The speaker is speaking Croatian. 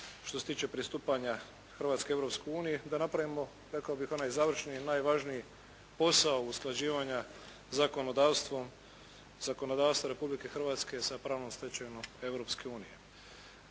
što se tiče pristupanja Hrvatske Europskoj uniji da napravimo rekao bih onaj završni i najvažniji posao usklađivanja zakonodavstva Republike Hrvatske sa pravnom stečevinom Europske unije.